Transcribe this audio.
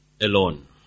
alone